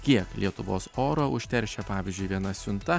kiek lietuvos oro užteršia pavyzdžiui viena siunta